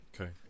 okay